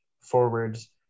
forwards